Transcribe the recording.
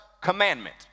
commandment